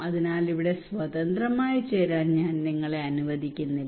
അതിനാൽ ഇവിടെ സ്വതന്ത്രമായി ചേരാൻ ഞാൻ നിങ്ങളെ അനുവദിക്കുന്നില്ല